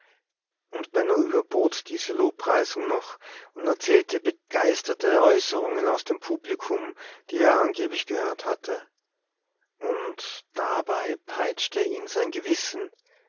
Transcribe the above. und benno überbot diese lobpreisung noch und erzählte begeisterte äußerungen aus dem publikum die er angeblich gehört hatte und dabei peitschte ihn sein gewissen